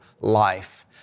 Life